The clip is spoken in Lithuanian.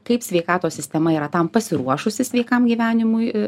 kaip sveikatos sistema yra tam pasiruošusi sveikam gyvenimui